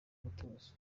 mutuzo